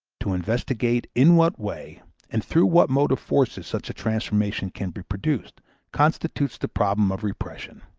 to investigate in what way and through what motive forces such a transformation can be produced constitutes the problem of repression,